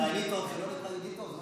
ישראלי טוב זה לא בהכרח יהודי טוב.